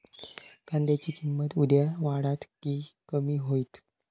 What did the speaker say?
कांद्याची किंमत उद्या वाढात की कमी होईत?